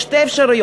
יש שתי אפשרויות,